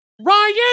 Ryan